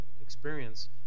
experience